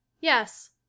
Yes